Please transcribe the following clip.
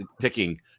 picking